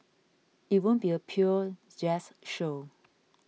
it won't be a pure jazz show